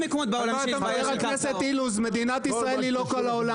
חבר הכנסת אילוז, מדינת ישראל היא לא כל העולם.